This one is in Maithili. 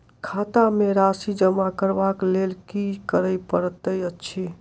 खाता मे राशि जमा करबाक लेल की करै पड़तै अछि?